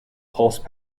pulse